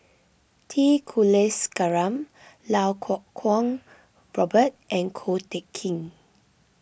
T Kulasekaram Lau Kuo Kwong Robert and Ko Teck Kin